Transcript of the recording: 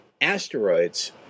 asteroids